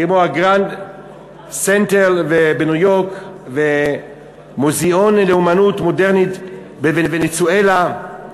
כמו הגרנד-סנטרל בניו-יורק ומוזיאון לאמנות מודרנית בוונצואלה.